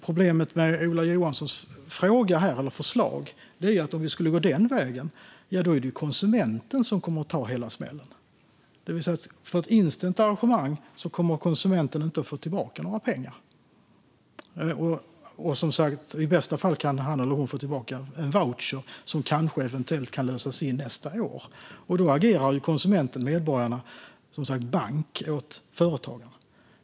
Problemet med Ola Johanssons fråga eller förslag är ju att det, om vi skulle gå den vägen, är konsumenten som skulle få ta hela smällen. För ett inställt arrangemang kommer konsumenten alltså inte att få tillbaka några pengar. I bästa fall kan han eller hon som sagt få tillbaka en voucher som eventuellt kan lösas in nästa år. Då agerar som sagt konsumenterna - medborgarna - bank åt företagen.